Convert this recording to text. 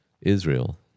Israel